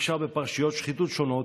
נקשר בפרשיות שחיתות שונות.